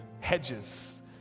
hedges